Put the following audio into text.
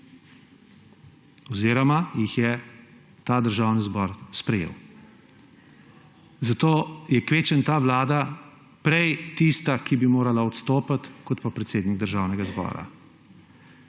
oziroma jih je ta državni zbor sprejel. Zato je kvečjemu ta vlada prej tista, ki bi morala odstopiti kot pa predsednik Državnega zbora.